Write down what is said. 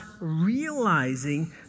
realizing